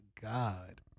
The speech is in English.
god